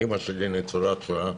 אימא שלי ניצולת שואה,